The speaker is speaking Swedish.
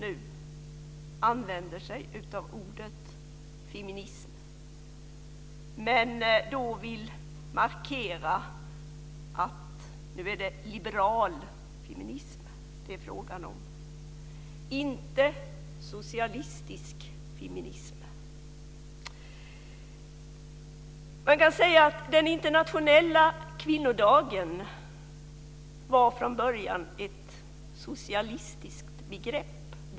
Man vill dock markera att det är liberalfeminism det är fråga om, inte socialistisk feminism. Man kan säga att den internationella kvinnodagen från början var ett socialistiskt begrepp.